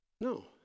No